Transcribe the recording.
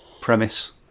premise